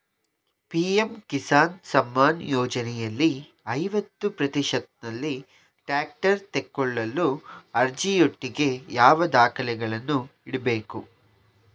PM Kisan Samman ಯೋಜನೆಯಲ್ಲಿ ಐವತ್ತು ಪ್ರತಿಶತನಲ್ಲಿ ಟ್ರ್ಯಾಕ್ಟರ್ ತೆಕೊಳ್ಳಲು ಅರ್ಜಿಯೊಟ್ಟಿಗೆ ಯಾವ ದಾಖಲೆಗಳನ್ನು ಇಡ್ಬೇಕು?